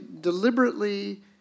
deliberately